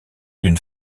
d’une